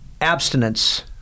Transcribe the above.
abstinence